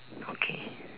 okay